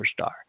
superstar